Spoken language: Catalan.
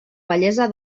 vellesa